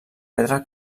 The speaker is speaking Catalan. pedra